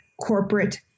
corporate